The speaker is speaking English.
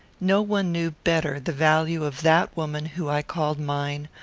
no one knew better the value of that woman whom i called mine,